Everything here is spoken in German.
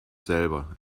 selber